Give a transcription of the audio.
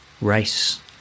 Race